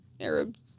Arabs